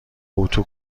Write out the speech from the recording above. اتو